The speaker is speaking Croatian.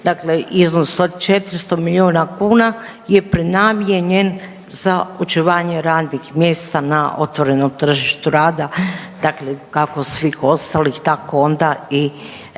dakle iznos od 400 milijuna kuna je prenamijenjen za očuvanje radnih mjesta na otvorenom tržištu rada. Dakle, kako svih ostalih tako onda i